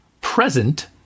present